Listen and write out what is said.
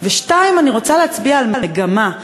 2. אני רוצה להצביע על מגמה.